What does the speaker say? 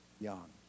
young